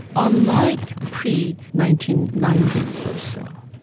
unlike pre nineteen ninety s or so.